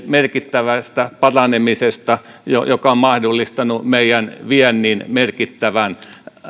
merkittävästä paranemisesta joka on mahdollistanut meidän viennin merkittävän